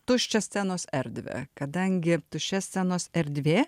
tuščią scenos erdvę kadangi tuščia scenos erdvė